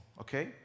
okay